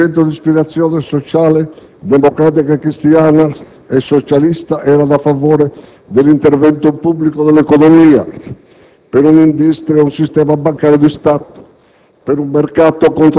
la sinistra e il centro d'ispirazione sociale democratica cristiana e socialista erano a favore dell'intervento pubblico nell'economia, per un'industria e un sistema bancario di Stato,